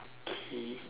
okay